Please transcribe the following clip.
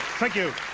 thank you.